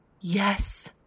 Yes